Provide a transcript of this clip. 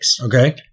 Okay